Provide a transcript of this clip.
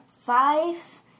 Five